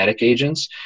agents